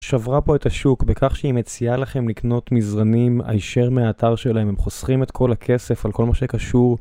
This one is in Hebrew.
שברה פה את השוק בכך שהיא מציעה לכם לקנות מזרנים היישר מהאתר שלהם, הם חוסכים את כל הכסף על כל מה שקשור.